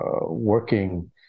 working